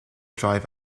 drive